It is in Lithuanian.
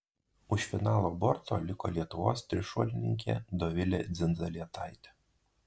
už finalo borto liko lietuvos trišuolininkė dovilė dzindzaletaitė